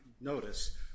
notice